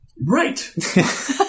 Right